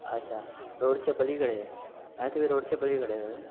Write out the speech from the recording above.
अच्छा रोडच्या पलीकडे आहे आं तुम्ही रोडच्या पलीकडे आहे होय